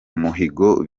muhigo